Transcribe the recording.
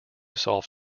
solve